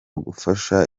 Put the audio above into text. gufasha